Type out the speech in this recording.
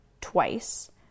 twice